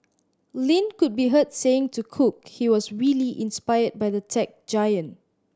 Lin could be heard saying to cook he was really inspired by the tech giant